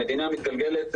המדינה מתגלגלת,